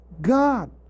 God